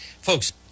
folks